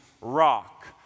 rock